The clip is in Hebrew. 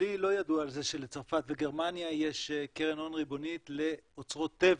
לי לא ידוע על זה שלצרפת וגרמניה יש קרן הון ריבונית לאוצרות טבע,